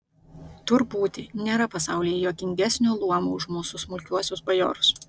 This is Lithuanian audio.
tur būti nėra pasaulyje juokingesnio luomo už mūsų smulkiuosius bajorus